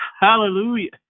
hallelujah